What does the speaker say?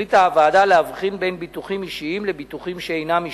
החליטה הוועדה להבחין בין ביטוחים אישיים לביטוחים שאינם אישיים.